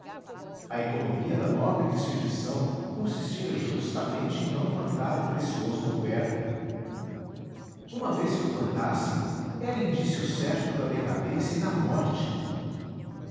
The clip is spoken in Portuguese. a economia da nobre instituição consistia justamente em não plantar o precioso tubérculo uma vez que o plantassem era indício certo da decadência e da morte